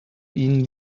ihnen